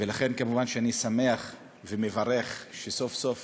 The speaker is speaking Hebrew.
ולכן כמובן אני שמח ומברך על שסוף-סוף